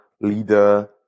leader